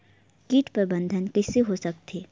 कीट प्रबंधन कइसे हो सकथे?